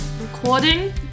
Recording